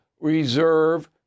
reserve